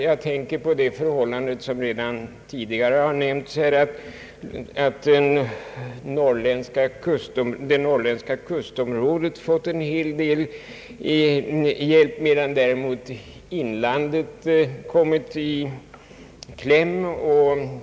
Jag tänker på det förhållandet, som redan tidigare nämnts här, att det norrländska kustområdet fått en hel del hjälp, medan däremot inlandet kommit i kläm.